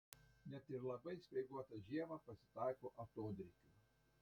net ir labai speiguotą žiemą pasitaiko atodrėkių